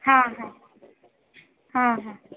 हां हां हां हां